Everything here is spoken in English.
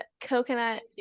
coconut